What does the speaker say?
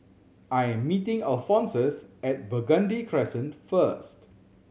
I am meeting Alphonsus at Burgundy Crescent first